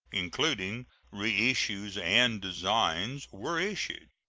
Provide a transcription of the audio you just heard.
including reissues and designs, were issued,